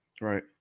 Right